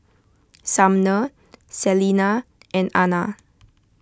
Sumner Celina and Anna